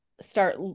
start